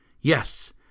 Yes